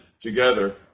together